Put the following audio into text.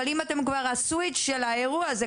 אבל אם אתם כבר הסוויץ' של האירוע הזה,